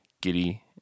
Giddy